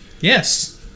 Yes